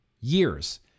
years